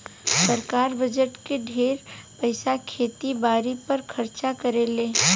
सरकार बजट के ढेरे पईसा खेती बारी पर खर्चा करेले